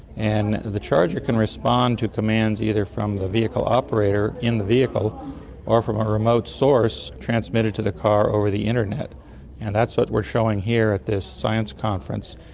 and the charger can respond to commands either from the vehicle operator in the vehicle or from a remote source transmitted to the car over the internet and that's what we're showing here at this science conference,